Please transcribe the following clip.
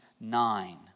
nine